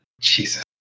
Jesus